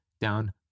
down